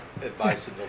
advice